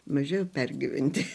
mažiau pergyventi